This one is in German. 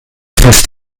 fest